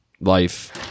life